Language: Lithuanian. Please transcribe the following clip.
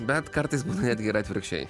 bet kartais būna netgi ir atvirkščiai